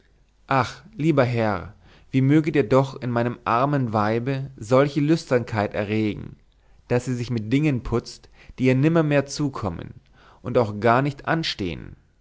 ach lieber herr wie möget ihr doch in meinem armen weibe solche lüsternheit erregen daß sie sich mit dingen putzt die ihr nimmermehr zukommen und auch gar nicht anstehen